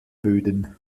böden